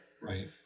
Right